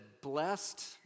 blessed